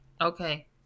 Okay